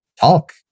talk